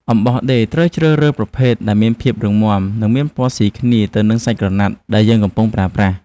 អំបោះដេរត្រូវជ្រើសរើសប្រភេទដែលមានភាពរឹងមាំ និងមានពណ៌ស៊ីគ្នាទៅនឹងសាច់ក្រណាត់ដែលយើងកំពុងប្រើប្រាស់។